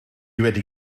wedi